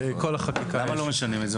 למה לא משנים את זה?